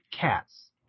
cats